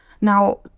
now